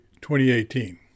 2018